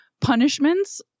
punishments